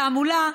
תעמולה,